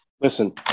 Listen